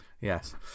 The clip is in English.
Yes